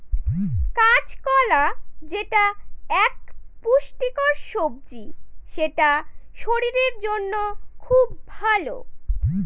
কাঁচকলা যেটা এক পুষ্টিকর সবজি সেটা শরীরের জন্য খুব ভালো